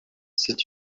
c’est